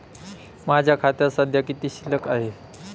माझ्या खात्यात सध्या किती शिल्लक आहे?